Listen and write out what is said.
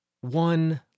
one